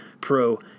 pro